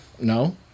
No